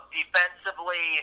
defensively